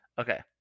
Okay